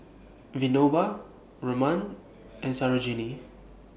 Vinoba Raman and Sarojini